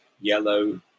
yellow